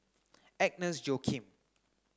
Agnes Joaquim